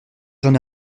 j’en